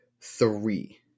three